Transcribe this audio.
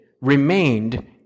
remained